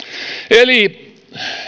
eli